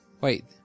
Wait